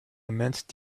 immense